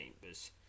chambers